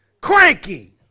Cranky